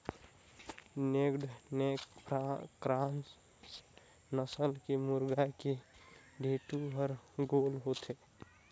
naked neck cross नसल के मुरगा के ढेंटू हर गोल होथे